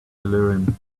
delirium